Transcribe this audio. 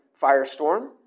firestorm